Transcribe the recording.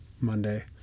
Monday